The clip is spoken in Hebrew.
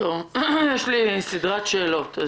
יש לי סדרת שאלות.